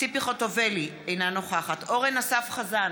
ציפי חוטובלי, אינה נוכחת אורן אסף חזן,